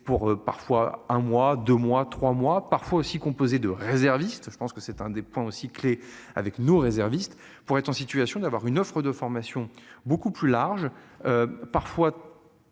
pour parfois un mois 2 mois 3 mois parfois aussi composé de réservistes. Je pense que c'est un des points aussi clé avec nous réservistes pour être en situation d'avoir une offre de formation beaucoup plus large. Parfois.